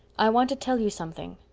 i want to tell you something.